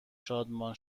شادمان